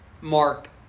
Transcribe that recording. Mark